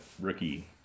rookie